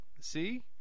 See